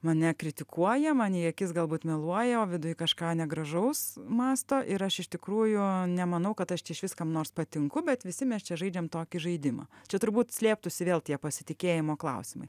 mane kritikuoja man į akis galbūt meluoja o viduj kažką negražaus mąsto ir aš iš tikrųjų nemanau kad aš čia išvis kam nors patinku bet visi mes čia žaidžiam tokį žaidimą čia turbūt slėptųsi vėl tie pasitikėjimo klausimai